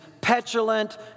petulant